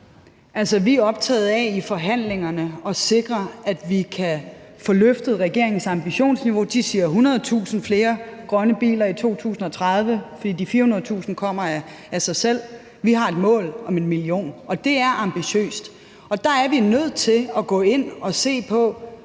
Vi er optaget af i forhandlingerne at sikre, at vi kan få løftet regeringens ambitionsniveau. De siger 100.000 flere grønne biler i 2030, fordi de 400.000 kommer af sig selv, mens vi har et mål om 1 million, og det er ambitiøst. Og der er vi nødt til at gå ind og se på